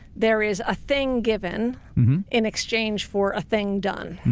there is a thing given in exchange for a thing done.